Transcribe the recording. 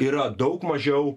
yra daug mažiau